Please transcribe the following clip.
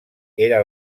era